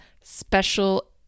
special